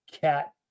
cat